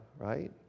right